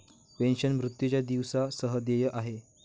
pension, मृत्यूच्या दिवसा सह देय आहे